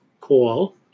call